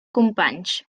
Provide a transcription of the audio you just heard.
companys